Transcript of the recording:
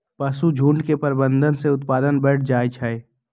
पशुझुण्ड के प्रबंधन से उत्पादन बढ़ जाइ छइ